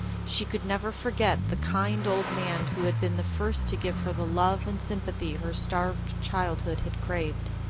she could never forget the kind old man who had been the first to give her the love and sympathy her starved childhood had craved.